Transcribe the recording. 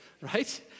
right